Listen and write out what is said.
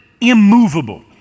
immovable